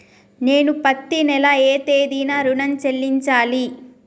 నేను పత్తి నెల ఏ తేదీనా ఋణం చెల్లించాలి?